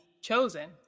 chosen